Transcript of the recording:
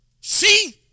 See